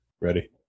Ready